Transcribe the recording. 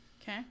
Okay